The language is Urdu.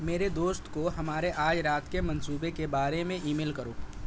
میرے دوست کو ہمارے آج رات کے منصوبے کے بارے میں ای میل کرو